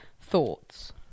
Thoughts